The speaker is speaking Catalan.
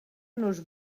nos